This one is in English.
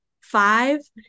five